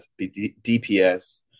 DPS